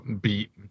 beat